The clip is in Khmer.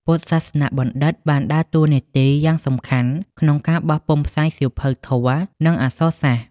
ពុទ្ធសាសនបណ្ឌិត្យបានដើរតួនាទីយ៉ាងសំខាន់ក្នុងការបោះពុម្ពផ្សាយសៀវភៅធម៌ និងអក្សរសាស្ត្រ។